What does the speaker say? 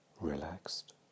Relaxed